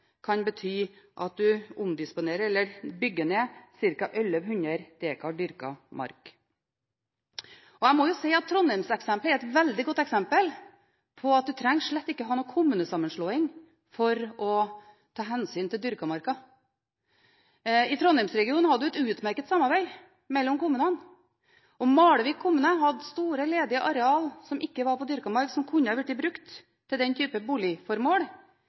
kan bety at en omdisponerer eller bygger ned ca. 1 100 dekar dyrket mark. Jeg må jo si at Trondheims-eksemplet er et veldig godt eksempel på at en slett ikke trenger å ha noen kommunesammenslåing for å ta hensyn til den dyrkede marka. I Trondheims-regionen hadde de et utmerket samarbeid mellom kommunene. Malvik kommune hadde store ledige areal som ikke var på dyrket mark, som kunne blitt brukt til den type boligformål.